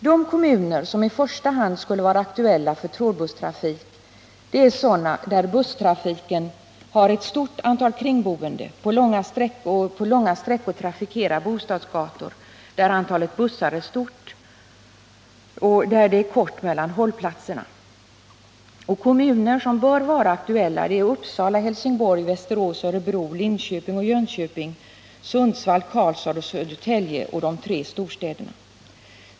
De kommuner som i första hand skulle vara aktuella för trådbusstrafik är sådana där busstrafiken betjänar ett stort antal kringboende och på långa sträckor trafikerar bostadsgator där antalet bussar är stort och där det är korta avstånd mellan hållplatserna. Kommuner som bör vara aktuella är Uppsala, Helsingborg, Västerås, Örebro, Linköping, Jönköping, Sundsvall, Karlstad, Södertälje och de tre storstäderna.